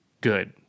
good